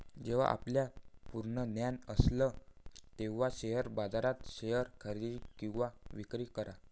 जेव्हा आपल्याला पूर्ण ज्ञान असेल तेव्हाच शेअर बाजारात शेअर्स खरेदी किंवा विक्री करा